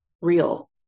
real